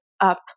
up